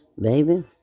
baby